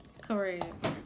correct